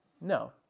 No